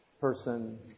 person